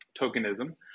tokenism